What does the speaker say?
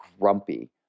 grumpy